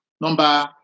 Number